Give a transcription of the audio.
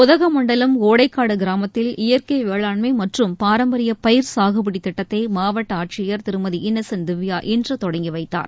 உதகமண்டலம் ஒடைக்காடுகிராமத்தில் இயற்கைவேளாண்மைமற்றும் பாரம்பரியபயிர் சாகுபடிதிட்டத்தைமாவட்டஆட்சியர் திருமதி இன்னசென்ட் திவ்யா இன்றுதொடங்கிவைத்தார்